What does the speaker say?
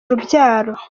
urubyaro